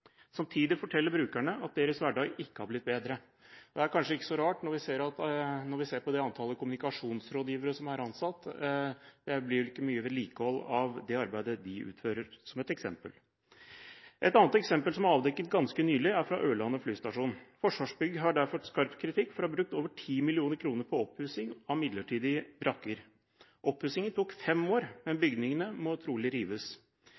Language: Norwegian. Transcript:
Samtidig forteller brukerne at deres hverdag ikke har blitt bedre. Det er kanskje ikke så rart, når vi ser på det antallet kommunikasjonsrådgivere som er ansatt. Det blir ikke mye vedlikehold av det arbeidet de utfører – som et eksempel. Et annet eksempel som er avdekket ganske nylig, er fra Ørland flystasjon. Forsvarsbygg har fått skarp kritikk for der å ha brukt over 10 mill. kr på oppussing av midlertidige brakker. Oppussingen tok fem år, men bygningene må trolig rives.